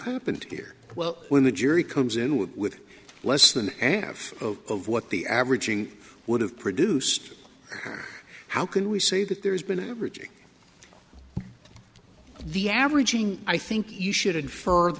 happened here well when the jury comes in with with less than half of what the averaging would have produced her how can we say that there's been averaging the averaging i think you should